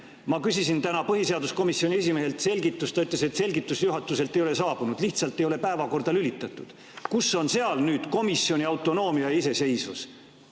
Ma küsisin täna põhiseaduskomisjoni esimehelt selgitust. Ta ütles, et selgitust juhatuselt ei ole saabunud, lihtsalt ei ole seda päevakorda lülitatud. Kus on seal komisjoni autonoomia, iseseisvus?!